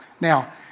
Now